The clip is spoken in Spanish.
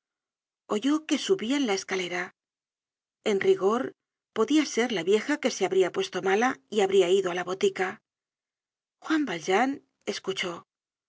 oyó que subían la escalera en rigor podia ser la vieja que se habría puesto mala y habría ido á la botica juan valjean escuchó